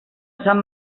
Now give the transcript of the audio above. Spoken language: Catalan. sant